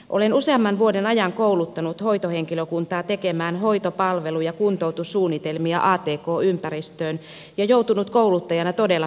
olen useamman vuoden ajan kouluttanut hoitohenkilökuntaa tekemään hoito palvelu ja kuntoutussuunnitelmia atk ympäristöön ja joutunut kouluttajana todella koville